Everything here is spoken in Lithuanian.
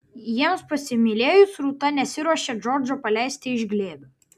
jiems pasimylėjus rūta nesiruošė džordžo paleisti iš glėbio